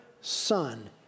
Son